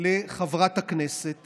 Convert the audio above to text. לחברת הכנסת